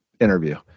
interview